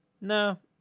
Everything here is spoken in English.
no